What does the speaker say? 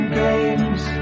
games